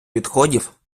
відходів